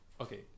okay